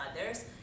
others